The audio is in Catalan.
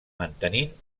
mantenint